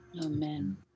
amen